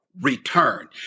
return